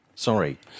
Sorry